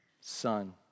Son